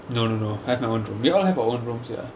no no no I have my own room we all have our own rooms ya